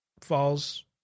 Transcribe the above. falls